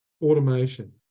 automation